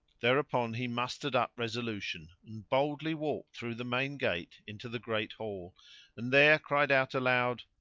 thereupon he mustered up resolution and boldly walked through the main gate into the great hall and there cried out aloud,